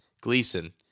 Gleason